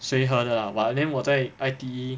随和的 lah but then 我在 I_T_E